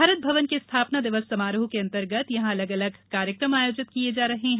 भारत भवन के स्थापना दिवस समारोह के अंतर्गत यहां अलग अलग कार्यक्रम आयोजित किये जा रहे हैं